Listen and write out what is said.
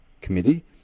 committee